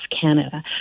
Canada